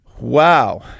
Wow